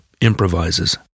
improvises